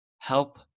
Help